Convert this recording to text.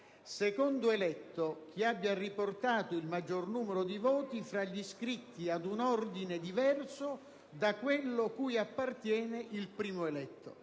secondo eletto chi abbia riportato il maggiore numero di voti fra gli iscritti ad un Ordine diverso da quello cui appartiene il primo eletto"».